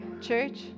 Church